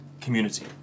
community